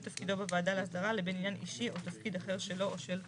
תפקידו בוועדה להסדרה לבין עניין אישי או תפקיד אחר שלו או של קרובו.